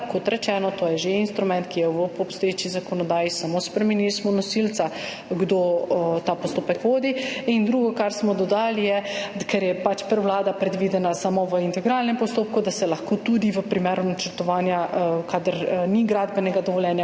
Kot rečeno, to je že instrument, ki je v obstoječi zakonodaji, spremenili smo samo nosilca, kdo vodi ta postopek. In drugo, kar smo dodali, je, ker je prevlada predvidena samo v integralnem postopku, da se lahko tudi v primeru načrtovanja, kadar ni gradbenega dovoljenja,